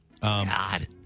God